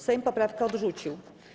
Sejm poprawkę odrzucił.